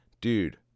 dude